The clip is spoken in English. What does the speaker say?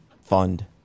fund